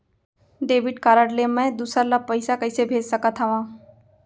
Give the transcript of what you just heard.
Debit card ले मैं दूसर ला पइसा कइसे भेज सकत हओं?